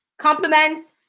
compliments